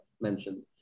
mentioned